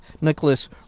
Nicholas